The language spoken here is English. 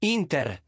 Inter